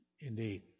Indeed